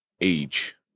age